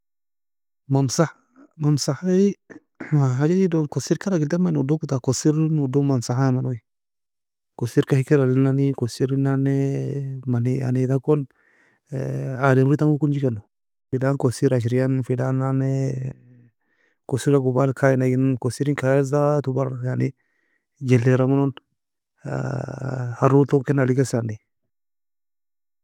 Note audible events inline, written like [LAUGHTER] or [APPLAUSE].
ممسحة ممسحة ei noise حاجة e kossir ka alag elemini odogo ta kossir odo ممسحة ya meno kossir ka hikir alinani kossir en nan nae mani [HESITATION] takon ademri tang kongi keno فلان kossir ashrian فلان nan nae [HESITATION] kossir gubal kayna enan kossir en kayad ذات يعني jelera menon [HESITATION] haroo elton ken alie kesan ne